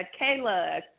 Kayla